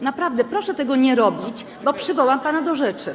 Naprawdę proszę tego nie robić, bo przywołam pana do rzeczy.